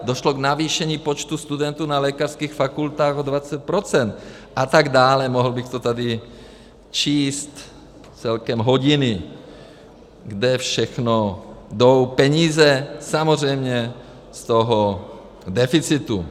Došlo k navýšení počtu studentů na lékařských fakultách o 20 % atd., mohl bych to tady číst celkem hodiny, kam všude jdou peníze, samozřejmě z toho deficitu.